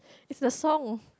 it's the song